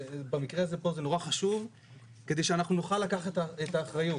במקרה הזה זה נורא חשוב כדי שנוכל לקחת את האחריות.